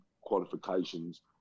qualifications